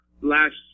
last